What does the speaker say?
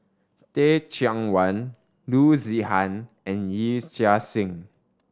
Teh Cheang Wan Loo Zihan and Yee Chia Hsing